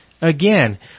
again